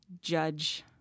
judge